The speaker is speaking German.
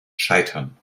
scheitern